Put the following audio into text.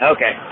Okay